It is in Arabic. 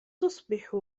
تصبح